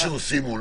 איזשהו סימון,